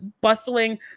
bustling